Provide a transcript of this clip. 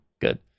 Good